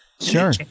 Sure